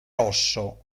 rosso